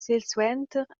silsuenter